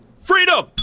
freedom